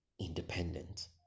independent